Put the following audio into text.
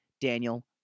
Daniel